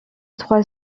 trois